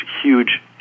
huge